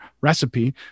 recipe